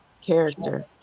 character